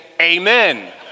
amen